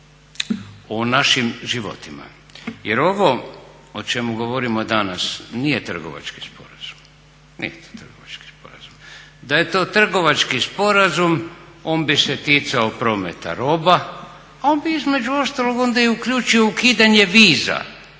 o našim životima. Jer ovo o čemu govorimo danas nije trgovački sporazum, nije to trgovački sporazum. Da je to trgovački sporazum on bi se ticao prometa roba, a on bi između ostalog uključio onda i ukidanje viza